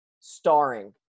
starring